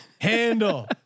handle